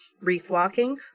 reef-walking